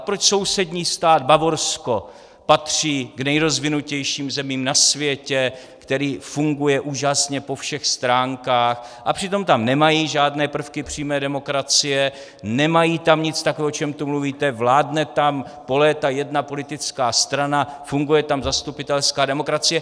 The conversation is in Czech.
proč sousední stát Bavorsko patří k nejrozvinutějším zemím na světě, který funguje úžasně po všech stránkách, a přitom tam nemají žádné prvky přímé demokracie, nemají tam nic takového, o čem tu mluvíte, vládne tam po léta jedna politická strana, funguje tam zastupitelská demokracie?